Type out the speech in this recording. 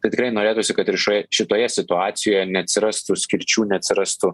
kad tikrai norėtųsi kad šioje šitoje situacijoje neatsirastų skirčių neatsirastų